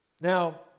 Now